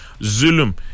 Zulum